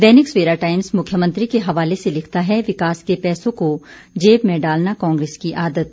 दैनिक Savera Times मुख्यमंत्री के हवाले से लिखता है विकास के पैसों को जेब में डालना कांग्रेस की आदत